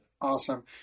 awesome